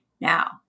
Now